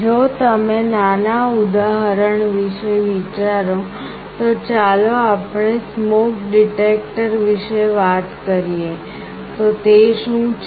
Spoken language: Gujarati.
જો તમે નાના ઉદાહરણ વિશે વિચારો તો ચાલો આપણે સ્મોક ડિટેક્ટર વિશે વાત કરીએ તો તે શું છે